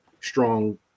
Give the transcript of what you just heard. strong